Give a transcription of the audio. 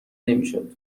نمیشد